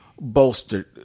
bolstered